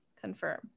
Confirm